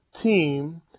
team